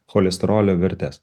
cholesterolio vertes